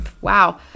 wow